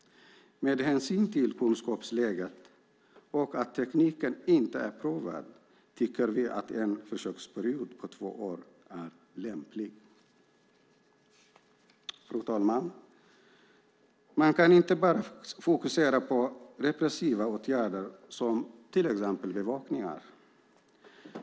Med hänsyn till kunskapsläget och att tekniken inte är prövad tycker vi att en försöksperiod på två år är lämplig. Fru talman! Man ska inte bara fokusera på repressiva åtgärder som bevakning.